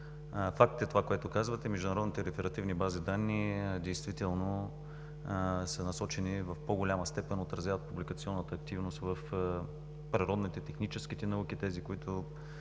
Факт е това, което казвате. Международните реферативни бази данни действително са насочени, в по-голяма степен отразяват публикационната активност в природните, техническите науки – тези, които,